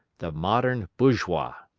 the modern bourgeois.